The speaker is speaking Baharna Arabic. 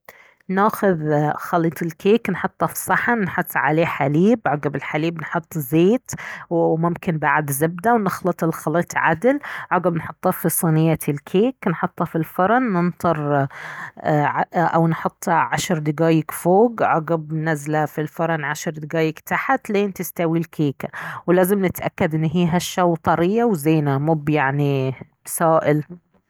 ناخذ خليط الكيك نحطه في صحن نحط عليه حليب عقب الحليب نحط زيت وممكن بعد زبدة ونخلط الخليط عدل عقب نحطه في صينية الكيك نحطه في الفرن ننطرايه او نحطه عشر دقايق فوق عقب ننزله في الفرن تحت لين تستوي الكيكة ولازم نتأكد ان هي هشة وطرية وزينة مب سائل